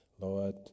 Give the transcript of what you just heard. Lord